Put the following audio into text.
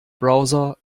browser